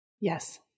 Yes